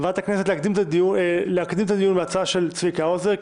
הכנסת להקדים את הדיון בהצעה של צביקה האוזר,